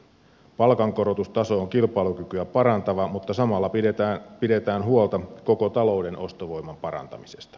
palkankorotustaso on kilpailukykyä parantava mutta samalla pidetään huolta koko talouden ostovoiman parantumisesta